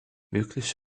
möglich